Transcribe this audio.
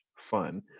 fun